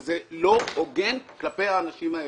וזה לא הוגן כלפי האנשים האלה.